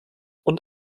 und